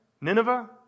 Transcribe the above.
Nineveh